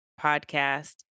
podcast